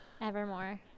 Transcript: Evermore